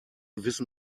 wissen